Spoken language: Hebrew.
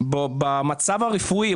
במצב הרפואי,